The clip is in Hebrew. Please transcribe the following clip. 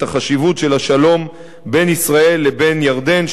החשיבות של השלום בין ישראל לבין ירדן,